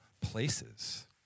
places